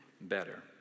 better